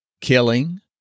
killing